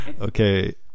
Okay